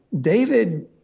david